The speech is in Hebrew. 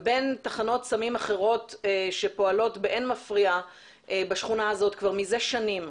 ובין תחנות סמים אחרות שפעולות באין מפריע בשכונה הזאת כבר מזה שנים.